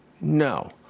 No